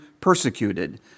persecuted